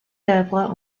œuvres